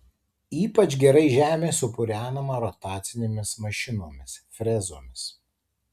ypač gerai žemė supurenama rotacinėmis mašinomis frezomis